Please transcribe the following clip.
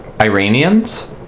Iranians